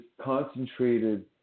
concentrated